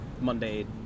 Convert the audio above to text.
Monday